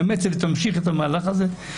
מאמצת ותמשיך את המהלך הזה.